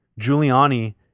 Giuliani